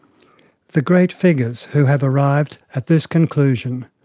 the great figures who have arrived at this conclusion,